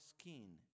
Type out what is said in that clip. skin